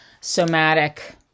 somatic